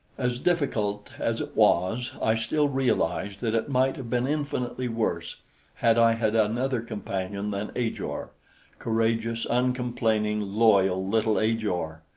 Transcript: as difficult as it was, i still realized that it might have been infinitely worse had i had another companion than ajor courageous, uncomplaining, loyal little ajor!